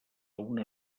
una